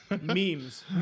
Memes